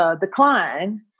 decline